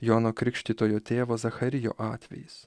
jono krikštytojo tėvo zacharijo atvejis